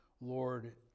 Lord